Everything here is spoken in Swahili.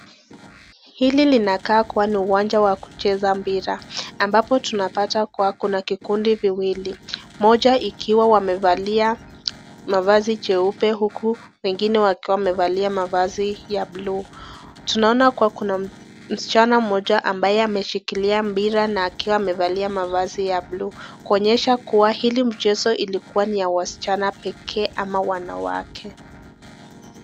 Hii inakaa kuwa na uwanja wa kucheza mpira, ambapo tunapata kuwa kuna kikundi viwili. Moja ikiwa wamevalia mavazi cheupe huku wengine wakiwa wamevalia mavazi ya blue . Tunaona kuwa kuna msichana moja ambaye ameshikilia mpira na akiwa amevalia mavazi ya blue . kuonyesha kuwa hii mchezo ilikuwa ya wasichana pekee ama wanawake .